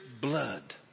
blood